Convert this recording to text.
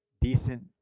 decent